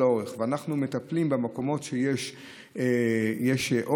האורך ואנחנו מטפלים במקומות שיש עומס